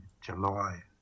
July